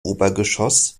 obergeschoss